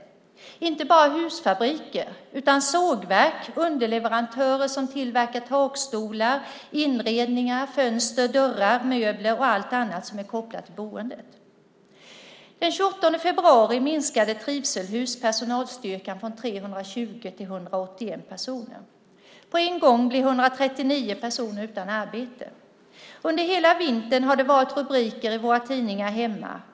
Det gäller inte bara husfabriker utan sågverk, underleverantörer som tillverkar takstolar, inredningar, fönster, dörrar, möbler och allt annat som är kopplat till boendet. Den 28 februari minskade Trivselhus personalstyrkan från 320 till 181 personer. På en gång blir 139 personer utan arbete. Under hela vintern har det varit rubriker om varsel i våra tidningar hemma.